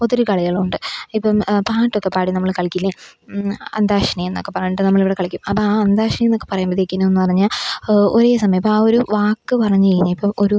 ഒത്തിരി കളികളുണ്ട് ഇപ്പോള് പാട്ടൊക്കെ പാടി നമ്മള് കളിക്കില്ലേ അന്താക്ഷരി എന്നൊക്കെ പറഞ്ഞിട്ട് നമ്മളിവിടെ കളിക്കും അപ്പോള് ആ അന്താക്ഷരി എന്നൊക്കെ പറയുമ്പത്തേക്കിനുമെന്നു പറഞ്ഞാല് ഒരേ സമയം ഇപ്പാ ഒരു വാക്ക് പറഞ്ഞുകഴിഞ്ഞ് ഇപ്പോള് ഒരു